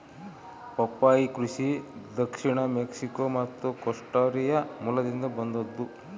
ಪಪ್ಪಾಯಿ ಕೃಷಿ ದಕ್ಷಿಣ ಮೆಕ್ಸಿಕೋ ಮತ್ತು ಕೋಸ್ಟಾರಿಕಾ ಮೂಲದಿಂದ ಬಂದದ್ದು